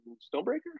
Stonebreaker